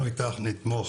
אנחנו איתך ונתמוך